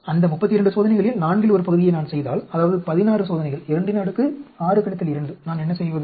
அந்த 32 சோதனைகளில் நான்கில் ஒரு பகுதியை நான் செய்தால் அதாவது 16 சோதனைகள் 26 2 நான் என்ன செய்வது